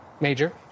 Major